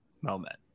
moment